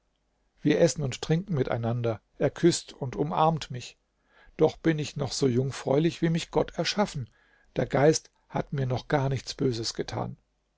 wir essen und trinken miteinander er küßt und umarmt mich doch bin ich noch so jungfräulich wie mich gott erschaffen der geist hat mir noch gar nichts böses getan